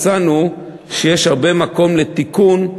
מצאנו שיש הרבה מקום לתיקון,